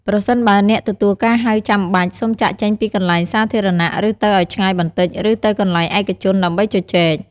ប្រសិនបើអ្នកទទួលការហៅចាំបាច់ សូមចាកចេញពីកន្លែងសាធារណៈឬទៅឲ្យឆ្ងាយបន្តិច ឬ ទៅកន្លែងឯកជន ដើម្បីជជែក។